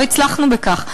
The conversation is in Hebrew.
לא הצלחנו בכך.